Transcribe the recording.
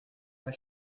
pas